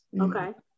Okay